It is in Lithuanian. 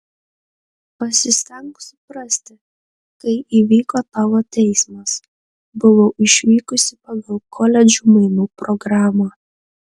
pasistenk suprasti kai įvyko tavo teismas buvau išvykusi pagal koledžų mainų programą